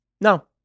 No